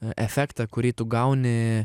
efektą kurį tu gauni